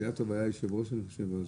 אילטוב היה היושב ראש אז,